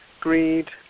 greed